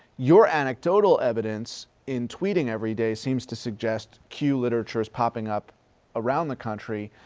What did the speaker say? your anecdotal evidence in tweeting every day seems to suggest q literature is popping up around the country.